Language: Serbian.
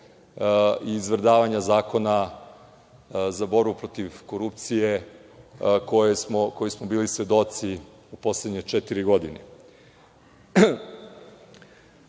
i izvrdavanja zakona za borbu protiv korupcije kojem smo bili svedoci u poslednje četiri